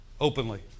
openly